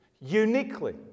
Uniquely